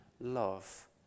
love